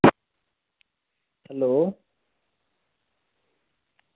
hello